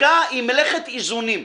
חקיקה היא מלאכת איזונים.